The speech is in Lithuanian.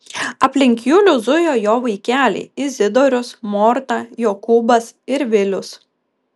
aplink julių zujo jo vaikeliai izidorius morta jokūbas ir vilius